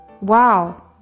Wow